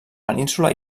península